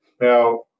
Now